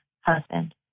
husband